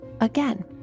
again